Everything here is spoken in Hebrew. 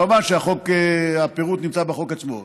כמובן שהפירוט נמצא בחוק עצמו.